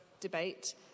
debate